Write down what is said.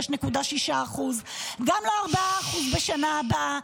גם לא 4% בשנה הבאה.